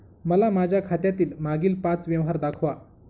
मला माझ्या खात्यातील मागील पांच व्यवहार दाखवा